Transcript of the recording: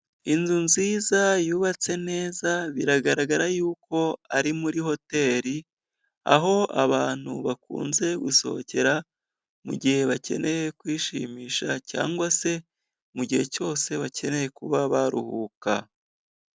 Inzu nziza yubatse neza, biragaragara y'uko ari muri hoteri, aho abantu bakunze gusohokera mugihe bakeneye kwishimisha cyangwa se mugihe cyose bakeneye kuba baruhuka.